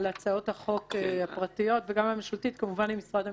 על הצעות החוק הפרטיות וגם הממשלתית כמובן עם משרד המשפטים,